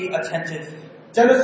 attentive